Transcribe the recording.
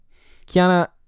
Kiana